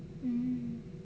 mm